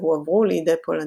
והועברו לידי פולנים.